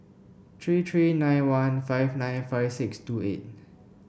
three three nine one five nine five six two eight